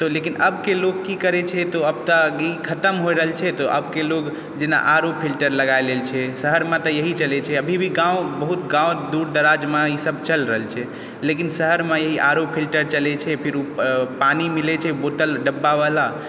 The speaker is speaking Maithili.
लेकिन आबके लोग की करै छै अब तऽ ई खतम होइ रहल छै तऽ आब लोग बिना आर ओ फिल्टर लगै लै छै शहरमे तऽ इएह चलै छै अभी भी गाँव बहुत गाँव दूर दराज दराजमे ई सब चलि रहल छै लेकिन शहरमे ई आर ओ फिल्टर चलै छै पानी मिलै छै बोतल डब्बावला